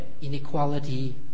inequality